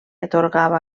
atorgava